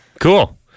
Cool